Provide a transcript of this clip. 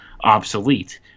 obsolete